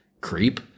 creep